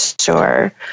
sure